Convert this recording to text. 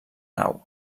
nau